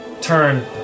turn